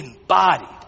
embodied